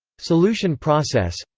solution process